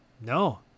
no